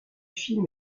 film